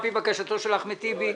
על-פי בקשתו של אחמד טיבי.